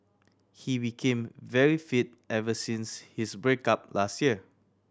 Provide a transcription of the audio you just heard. he became very fit ever since his break up last year